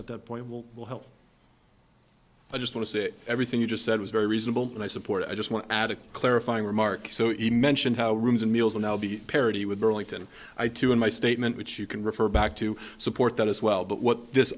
at that point will will help i just want to say that everything you just said was very reasonable and i support i just want to add a clarifying remark so even mention how rooms and meals are now be parity with burlington i two in my statement which you can refer back to support that as well but what this